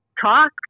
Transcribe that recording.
talk